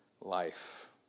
life